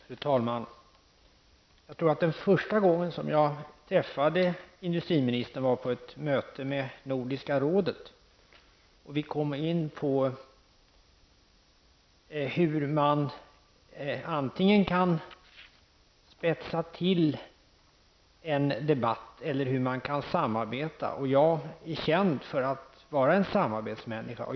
Fru talman! Jag tror att den första gången som jag träffade industriministern var på ett möte med Nordiska rådet. Då kom vi in på hur man antingen kan spetsa till en debatt eller hur man kan samarbeta. Jag är känd för att vara en samarbetsmänniska.